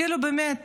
כאילו באמת